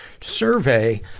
survey